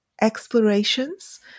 explorations